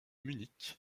munich